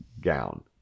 gown